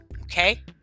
Okay